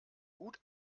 gut